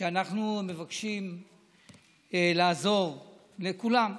שאנחנו מבקשים לעזור לכולם: